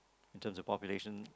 in terms of population